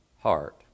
heart